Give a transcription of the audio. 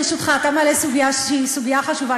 ברשותך, אתה מעלה סוגיה שהיא סוגיה חשובה.